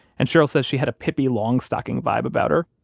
and cheryl says she had a pippi longstocking vibe about her.